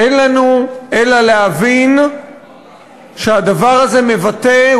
אין לנו אלא להבין שהדבר הזה מבטא,